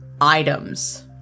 items